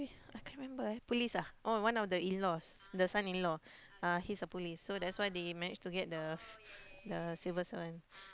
I can't remember police ah oh one of the in laws the son in law uh he's a police so that's why they manage to get the the civil servant